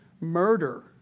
Murder